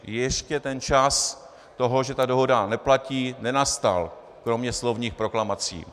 Ještě čas toho, že ta dohoda neplatí, nenastal, kromě slovních proklamací.